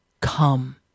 Come